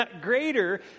greater